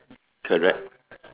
correct